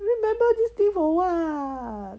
remember this thing for what